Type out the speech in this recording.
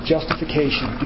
Justification